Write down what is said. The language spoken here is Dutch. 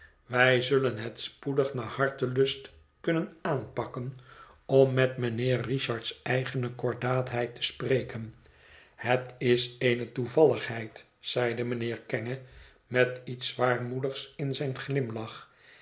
wij zullen het spoedig naar hartelust kunnen aanpakken om met mijnheer richard s eigene cordaatheid te spreken het is eene toevalligheid zeide mijnheer kenge met iets zwaarmoedigs in zijn glimlach